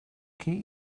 keep